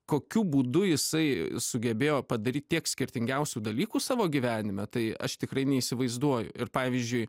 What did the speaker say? kokiu būdu jisai sugebėjo padaryt tiek skirtingiausių dalykų savo gyvenime tai aš tikrai neįsivaizduoju ir pavyzdžiui